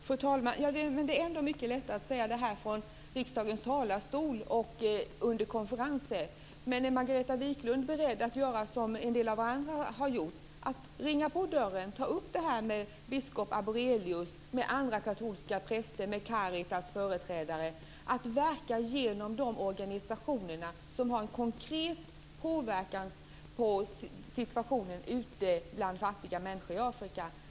Fru talman! Det är ändå mycket lättare att säga detta från riksdagens talarstol och under konferenser. Men är Margareta Viklund beredd att göra vad en del andra har gjort, nämligen ringa på hos biskop Arborelius och ta upp frågan med honom och andra katolska präster, med företrädare för Caritas, att verka genom de organisationer som har en konkret påverkan på situationen bland fattiga människor i Afrika?